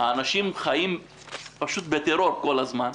האנשים חיים פשוט בטרור כל הזמן.